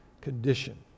condition